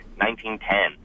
1910